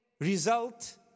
result